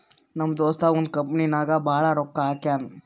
ನಮ್ ದೋಸ್ತ ಒಂದ್ ಕಂಪನಿ ನಾಗ್ ಭಾಳ್ ರೊಕ್ಕಾ ಹಾಕ್ಯಾನ್